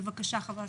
בבקשה.